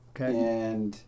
Okay